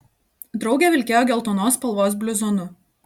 draugė vilkėjo geltonos spalvos bluzonu